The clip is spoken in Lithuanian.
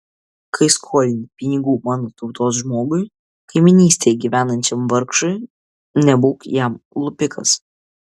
kai skolini pinigų mano tautos žmogui kaimynystėje gyvenančiam vargšui nebūk jam lupikas